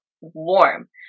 warm